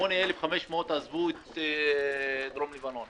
8,500 אנשים עזבו את דרום לבנון